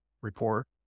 Report